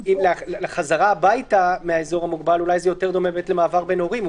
החזרה הביתה מהאזור המוגבל יותר דומה למעבר בין הורים.